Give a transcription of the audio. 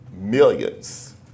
millions